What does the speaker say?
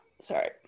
sorry